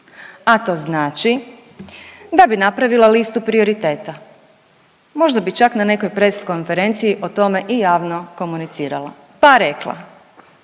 a to znači da bi napravila listu prioriteta. Možda bi čak na nekoj press konferenciji o tome i javno komunicirala pa rekla,